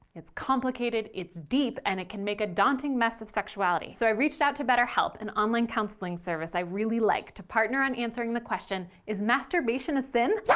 it's complicated, it's deep, and it can make a daunting mess of sexuality. so i reached out to betterhelp, an online counseling service i really like, to partner on answering the question is masturbation a sin?